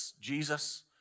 Jesus